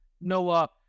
Noah